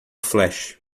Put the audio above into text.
flash